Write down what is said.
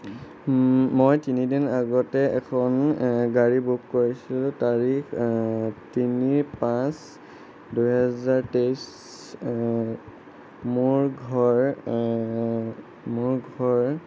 মই তিনিদিন আগতে এখন গাড়ী বুক কৰিছিলোঁ তাৰিখ তিনি পাঁচ দুহেজাৰ তেইছ মোৰ ঘৰ